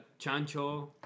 Chancho